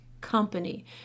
company